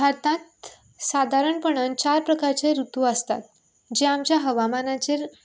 भारतात सादारणपणान चार प्रकारचे रुतू आसता जे आमचे हवामानाचेर